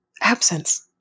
absence